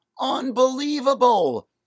Unbelievable